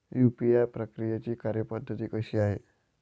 UPI प्रक्रियेची कार्यपद्धती कशी आहे?